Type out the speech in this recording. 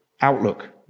outlook